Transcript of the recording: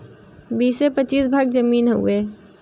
बीसे पचीस भाग जमीन हउवे